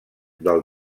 del